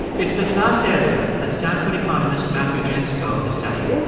it's this last area that stanford economist matthew gentzkow has studied.